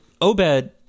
Obed